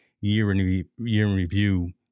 year-in-review